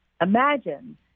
imagine